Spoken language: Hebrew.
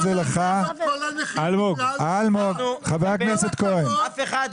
חבר הכנסת כהן --- עם כל הכבוד,